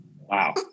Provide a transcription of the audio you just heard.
Wow